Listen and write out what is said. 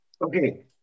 Okay